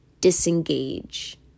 disengage